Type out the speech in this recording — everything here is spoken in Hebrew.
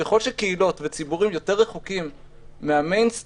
ככל שקהילות וציבורים רחוקים יותר מן המיין-סטרים